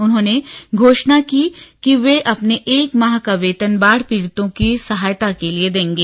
उन्होंने घोशणा की कि वे अपने एक माह का वेतन बाढ़ पीड़ितों की सहायता के लिए देंगे